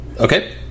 Okay